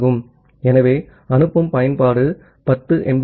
ஆகவே அனுப்பும் பயன்பாடு 10 எம்